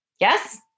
Yes